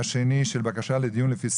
שלום וברוכים הבאים לישיבת ועדת העבודה והרווחה,